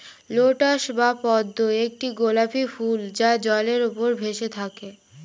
lotus বা পদ্ম একটি গোলাপী ফুল যা জলের উপর ভেসে থাকে